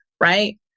right